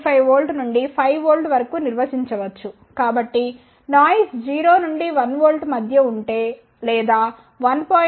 5 V నుండి 5 V వరకు నిర్వచించవచ్చు కాబట్టి నాయిస్ 0 నుండి 1 V మధ్య ఉంటే లేదా 1